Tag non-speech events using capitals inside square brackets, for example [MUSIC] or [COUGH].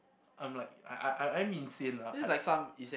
I'm like I I I'm insane lah I [NOISE]